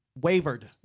wavered